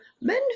men